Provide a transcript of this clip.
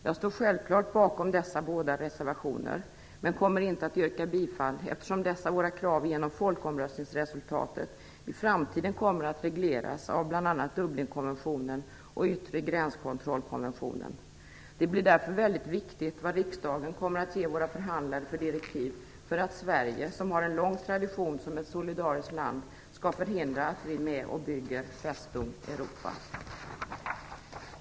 Jag står självfallet bakom båda dessa reservationer men kommer inte att yrka bifall till dem, eftersom dessa våra krav genom folkomröstningsresultatet i framtiden kommer att regleras av bl.a. Dublinkonventionen och den yttre gränskontrollkonventionen. Det blir därför väldigt viktigt vilka direktiv riksdagen kommer att ge våra förhandlare så att man förhindrar att Sverige, som har en lång tradition som ett solidariskt land, är med och bygger Festung Europa.